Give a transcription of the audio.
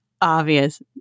obvious